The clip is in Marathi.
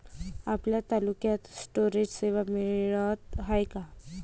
आपल्या तालुक्यात स्टोरेज सेवा मिळत हाये का?